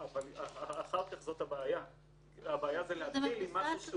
לפי העניין, זיקתו ללווה של מי